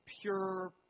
pure